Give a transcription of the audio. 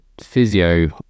physio